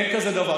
אין כזה דבר.